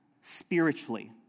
Spiritually